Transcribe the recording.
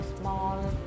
small